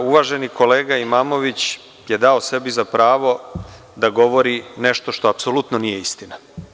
Uvaženi kolega Imamović je dao sebi za pravo da govori nešto što apsolutno nije istina.